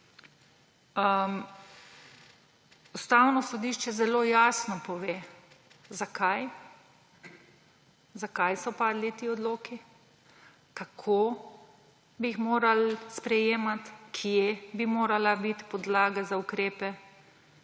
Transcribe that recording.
Ustavno sodišče zelo jasno pove, zakaj so padli ti odloki, kako bi jih morali sprejemati, kje bi morala biti podlaga za ukrepe